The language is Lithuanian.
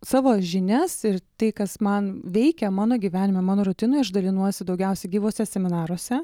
savo žinias ir tai kas man veikia mano gyvenime mano rutinoj aš dalinuosi daugiausiai gyvuose seminaruose